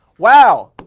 wow,